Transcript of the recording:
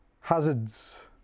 Hazards